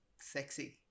sexy